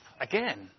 again